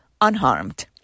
unharmed